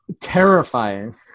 terrifying